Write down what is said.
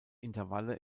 intervalle